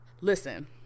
Listen